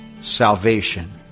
Salvation